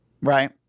right